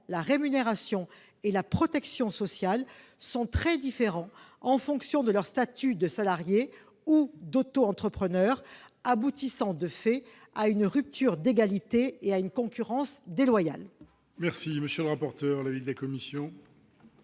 la rémunération et la protection sociale sont très différents en fonction de leur statut de salarié ou d'auto-entrepreneur, ce qui aboutit de fait à une rupture d'égalité et à une concurrence déloyale.